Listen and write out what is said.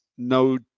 no